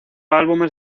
álbumes